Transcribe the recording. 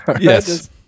yes